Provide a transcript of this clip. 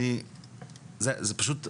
זה פשוט מדהים.